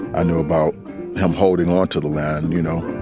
i knew about him holding on to the land. you know,